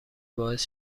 باعث